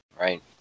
right